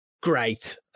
great